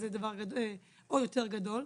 זה דבר עוד יותר גדול.